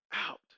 out